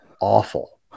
awful